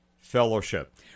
Fellowship